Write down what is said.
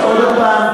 את עוד הפעם,